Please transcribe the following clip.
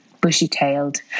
bushy-tailed